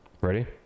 ready